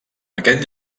aquest